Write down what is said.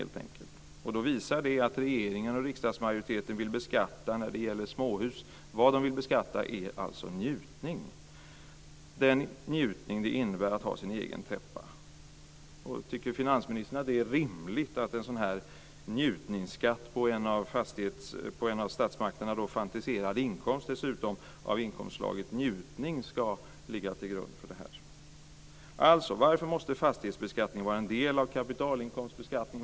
Det visar att vad regeringen och riksdagsmajoriteten vill beskatta när det gäller småhus är njutning, den njutning det innebär att ha sin egen täppa. Tycker finansministern att det är rimligt att en sådan här njutningsskatt på en av statsmakterna fantiserad inkomst av inkomstslaget njutning ska ligga till grund för detta? Alltså: Varför måste fastighetsbeskattning vara en del av kapitalinkomstbeskattning?